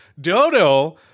Dodo